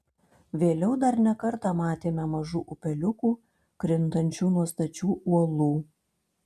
vėliau dar ne kartą matėme mažų upeliukų krintančių nuo stačių uolų